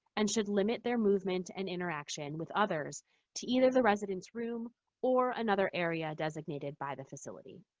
and should limit their movement and interaction with others to either the resident's room or another area designated by the facility.